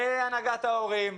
מהנהגת המורים,